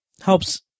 helps